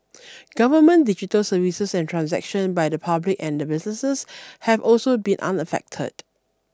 government digital services and transaction by the public and the businesses have also been unaffected